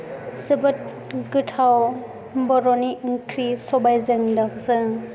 जोबोद गोथाव बर'नि ओंख्रि सबायजों दाउजों